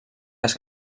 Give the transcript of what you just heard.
les